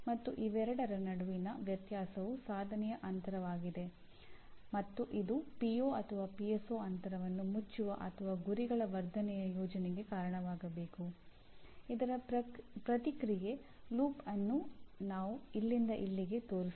engineering ಶಿಕ್ಷಣವು ಇತ್ತೀಚಿನವರೆಗೂ ಅಂದರೆ 2015ರ ಮೊದಲು ಹೇಗೆ ನಡೆಯುತ್ತಿತ್ತು ಎಂಬುದನ್ನು ನೋಡೋಣ